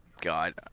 God